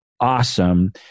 awesome